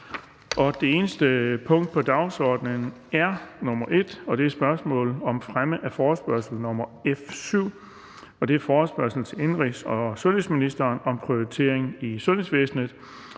Det eneste punkt på dagsordenen er: 1) Spørgsmål om fremme af forespørgsel nr. F 7: Forespørgsel til indenrigs- og sundhedsministeren om prioriteringen i sundhedsvæsenet.